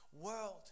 world